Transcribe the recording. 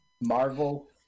Marvel